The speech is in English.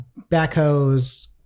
backhoes